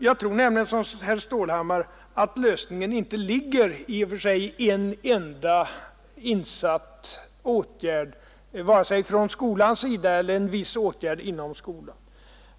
Jag tror som herr Stålhammar att lösningen inte ligger i en enda insatt åtgärd vare sig denna sker från skolans sida eller det blir en viss åtgärd inom skolan.